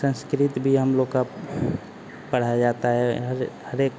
संस्कृत भी हम लोग का पढ़ा जाता है हर हरेक